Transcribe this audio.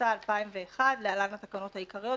התשס"א-2001 (להלן התקנות העיקריות),